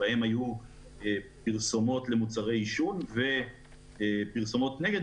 שבהם היו פרסומות למוצרי עישון ופרסומות נגד,